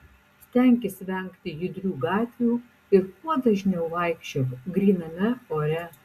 stenkis vengti judrių gatvių ir kuo dažniau vaikščiok gryname ore